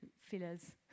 fillers